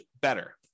better